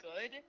good